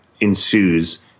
ensues